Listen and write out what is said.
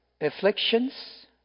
afflictions